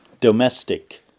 domestic